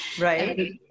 Right